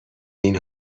این